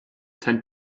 tend